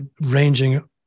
ranging